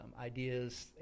ideas